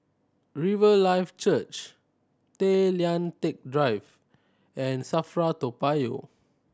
Riverlife Church Tay Lian Teck Drive and SAFRA Toa Payoh